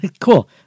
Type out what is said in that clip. cool